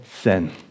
sin